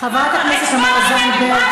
חברת הכנסת תמר זנדברג,